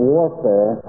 Warfare